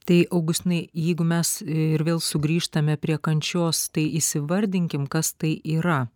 tai augustinai jeigu mes ir vėl sugrįžtame prie kančios tai įsivardykim kas tai yra